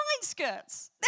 skirts